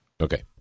Okay